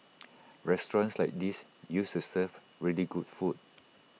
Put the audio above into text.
restaurants like these used to serve really good food